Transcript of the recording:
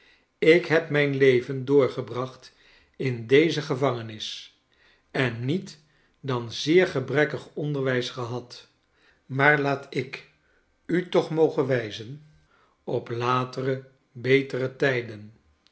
ik heb mijn leven doorgebracht in deze gevangenis en niet dan zeer gebrekkig onderwijs gehad maar laat ik u toch mogen wijzen op latere betere tijden